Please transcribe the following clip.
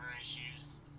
issues